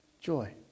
joy